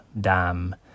dam